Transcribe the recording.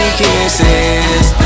kisses